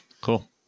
cool